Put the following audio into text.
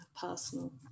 personal